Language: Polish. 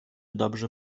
dobrze